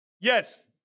Yes